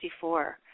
1964